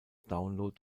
download